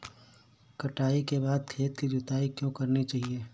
कटाई के बाद खेत की जुताई क्यो करनी चाहिए?